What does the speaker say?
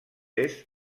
est